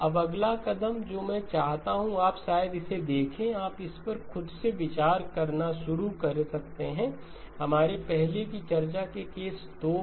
अब अगला कदम जो मैं चाहता हूं कि आप शायद इसे देखें आप इस पर खुद से विचार करना शुरू कर सकते हैं हमारी पहले की चर्चा के केस 2 पर